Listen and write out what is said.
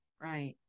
Right